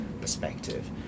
perspective